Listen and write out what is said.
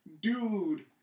dude